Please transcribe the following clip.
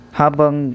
habang